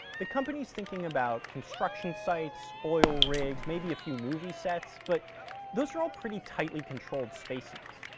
the company's thinking about construction sites, oil rigs, maybe a few movie sets, but those are all pretty tightly controlled spaces.